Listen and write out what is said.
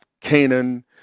Canaan